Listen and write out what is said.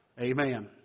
Amen